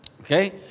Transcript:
Okay